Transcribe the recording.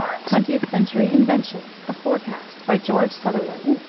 twentieth century inventions a forecast by george sutherland,